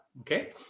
okay